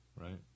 right